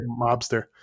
mobster